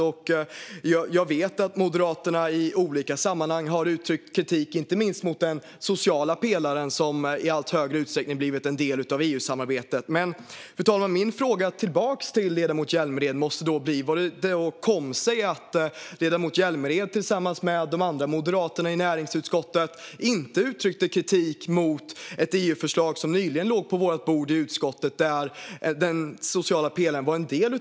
Jag vet också att Moderaterna i olika sammanhang har uttryckt kritik mot inte minst den sociala pelaren, som i allt större utsträckning har blivit en del av EU-samarbetet. Min fråga tillbaka till ledamoten Hjälmered, fru talman, måste därför bli hur det kom sig att han och de andra moderaterna i näringsutskottet inte uttryckte kritik mot det EU-förslag som nyligen låg på utskottets bord och där den sociala pelaren var en del.